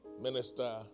Minister